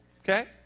okay